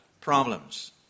problems